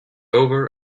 over